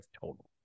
total